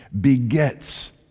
begets